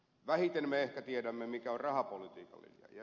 vähiten me ehkä tiedämme mikä on rahapolitiikan linja